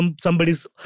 somebody's